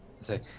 say